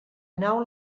nau